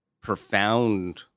profound